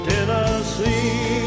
Tennessee